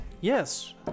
Yes